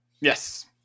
Yes